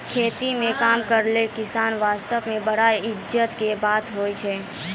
खेतों म काम करना किसान वास्तॅ बड़ा इज्जत के बात होय छै